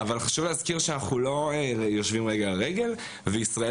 להזכיר שאנחנו לא יושבים רגל על רגל וישראל